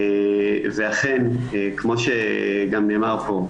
ואכן כמו שגם נאמר פה,